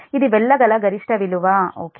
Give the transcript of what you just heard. ఇది వెళ్ళగల గరిష్ట విలువ ఓకే